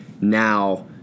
now